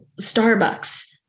Starbucks